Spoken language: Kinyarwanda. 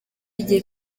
igihe